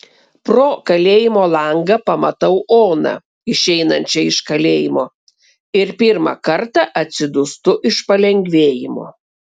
pro kalėjimo langą pamatau oną išeinančią iš kalėjimo ir pirmą kartą atsidūstu iš palengvėjimo